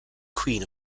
queen